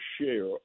share